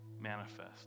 manifest